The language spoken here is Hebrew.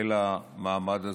אל המעמד הזה,